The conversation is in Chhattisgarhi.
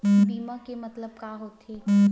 बीमा के मतलब का होथे?